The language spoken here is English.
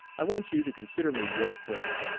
i want you to consider me your friend,